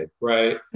right